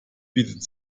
bietet